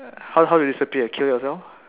how how do you disappear kill yourself